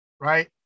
right